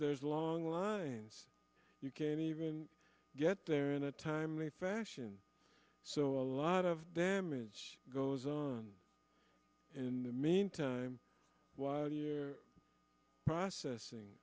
there's long lines you can't even get there in a timely fashion so a lot of damage goes on in the meantime while you're processing